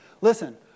listen